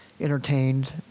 entertained